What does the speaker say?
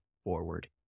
Forward